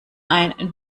ein